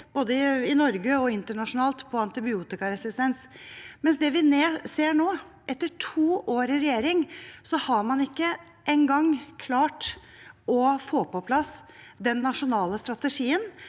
både i Norge og internasjonalt, når det gjaldt antibiotikaresistens. Det vi ser nå, etter to år i regjering, er at man ikke engang har klart å få på plass den nasjonale strategien